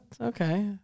okay